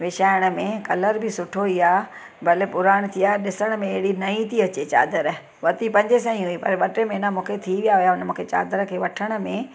विछाइण में कलर बि सुठो ई आहे भले पुराणी थी आहे ॾिसण में अहिड़ी नई थी अचे चादर वरिती पंज सौ जी हुई पर ॿ टे महिना मूंखे थी विया हुआ हुन मूंखे चादर खे वठण में